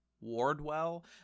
Wardwell